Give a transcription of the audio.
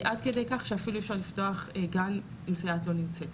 עד כדי כך שאפילו אי אפשר לפתוח גן אם סייעת לא נמצאת.